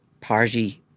party